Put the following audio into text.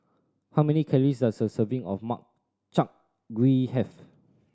how many calories does a serving of Makchang Gui have